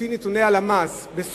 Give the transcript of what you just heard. לפי נתוני הלשכה המרכזית לסטטיסטיקה